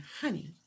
honey